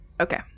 Okay